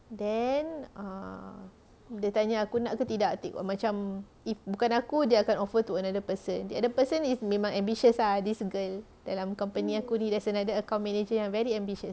then err dia tanya aku nak ke tidak macam if bukan aku dia akan offer to another person then the other person if not ambitious ah this girl dalam company aku ni there's another account manager yang very ambitious